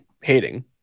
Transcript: hating